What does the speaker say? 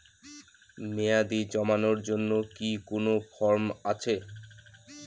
মেয়াদী জমানোর জন্য কি কোন ফর্ম আছে?